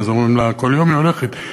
כל יום היא הולכת.